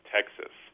Texas